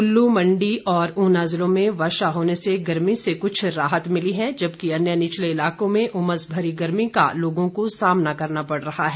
कुल्लू मंडी और उना जिलों में वर्षा होने से गर्मी से कुछ राहत मिली है जबकि अन्य निचले इलाकों में उमस भरी गर्मी का लोगों को सामना करना पड़ रहा है